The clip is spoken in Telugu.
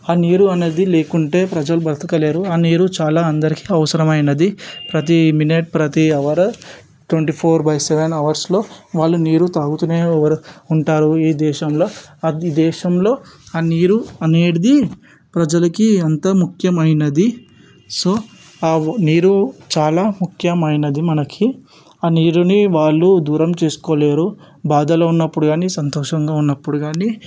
ఆ నీరు అనేది లేకుంటే ప్రజలు బతకలేరు ఆ నీరు చాలా అందరికీ అవసరమైనది ప్రతి మినిట్ ప్రతి hour twenty four by seven అవర్స్లో వారు నీరు తాగుతూనే ఎవరు ఉంటారు ఈ దేశంలో అది దేశంలో ఆ నీరు అనేది ప్రజలకు ఎంతో ముఖ్యమైనది సో ఆ నీరు చాలా ముఖ్యమైనది మనకి ఆ నీరుని వారు దూరం చేసుకోలేరు బాధలో ఉన్నప్పుడు కాని సంతోషంగా ఉన్నప్పుడు కాని